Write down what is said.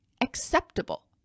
acceptable